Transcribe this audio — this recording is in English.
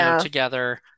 together